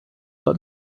but